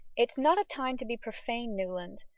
it's not a time to be profane, newland.